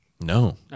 No